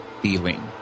feeling